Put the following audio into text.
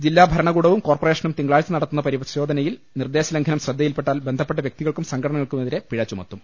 ജില്ലാ ഭരണകൂടവും കോർപ്പറേഷനും തിങ്കളാഴ്ച നടത്തുന്ന പരിശോധനയിൽ നിർദേശലംഘനം ശ്രദ്ധ യിൽപ്പെട്ടാൽ ബന്ധപ്പെട്ട വ്യക്തികൾക്കും സംഘടനകൾക്കുമെ തിരെ പിഴ ചുമത്തും